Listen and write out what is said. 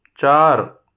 चार